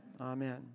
Amen